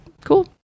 Cool